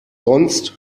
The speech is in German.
sonst